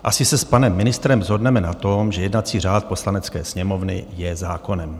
Asi se s panem ministrem shodneme na tom, že jednací řád Poslanecké sněmovny je zákonem.